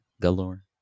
Galore